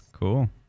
Cool